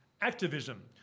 activism